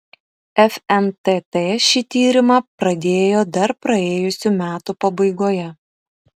fntt šį tyrimą pradėjo dar praėjusių metų pabaigoje